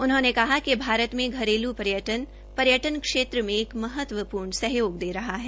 उन्होंने कहा कि भारत में घरेलू पर्यटन पर्यटन क्षेत्र मे एक महत्वपूर्ण सहयोग दे रहा है